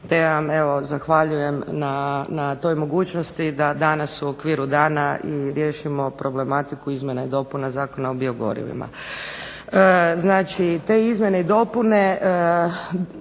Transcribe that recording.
te vam zahvaljujem na toj mogućnosti da danas u okviru dana riješimo problematiku izmjene i dopune Zakona o biogorivima. Znači, te izmjene i dopune